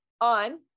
on